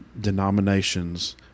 denominations